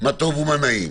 מה טוב ומה נעים,